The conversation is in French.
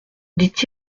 dit